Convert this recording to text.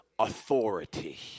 Authority